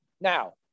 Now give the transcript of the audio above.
Now